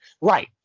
Right